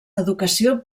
educació